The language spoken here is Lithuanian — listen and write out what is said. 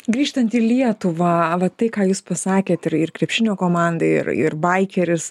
grįžtant į lietuvą va tai ką jūs pasakėt ir ir krepšinio komanda ir ir baikeris